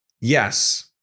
yes